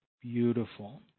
Beautiful